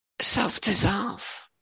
self-dissolve